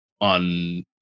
on